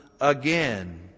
again